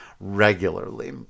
regularly